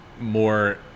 more